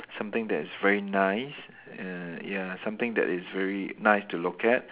something that is very nice err ya something that is very nice to look at